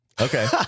Okay